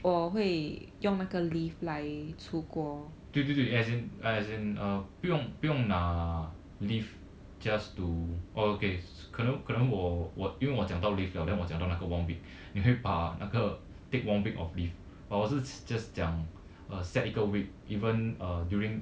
对对对 as in as in uh 不用不用拿 leave just to oh okay 可能可能我我因为我讲 leave liao then 我讲道那个 one week 你会把那个 take one week of leave but 我是 just 讲 set 一个 week even uh during